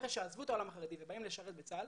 כחבר'ה שעזבו את העולם החרדי ובאים לשרת בצה"ל,